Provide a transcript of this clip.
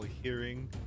hearing